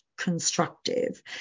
constructive